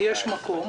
כי יש מקום,